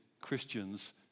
Christians